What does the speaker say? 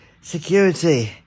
security